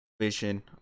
Vision